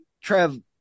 Trev